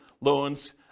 loans